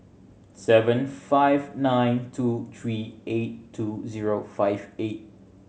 seven five nine two three eight two zero five eight